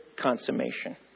consummation